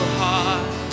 heart